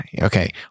okay